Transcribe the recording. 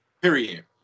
period